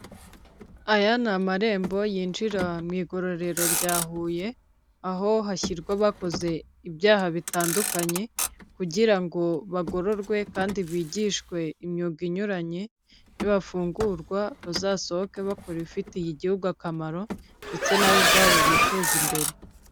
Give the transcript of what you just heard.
Aya ni amarembo yinjira mu igororero rya Huye, aho hashyirwa abakoze ibyaha bitandukanye kugira ngo bagororwe, kandi bigishwe imyuga inyuranye, nibafungurwa bazasohoke bakora ibifitiye igihugu akamaro ndetse nabo ubwabo biteze imbere.